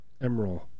Emerald